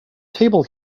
table